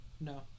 No